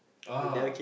oh